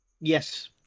Yes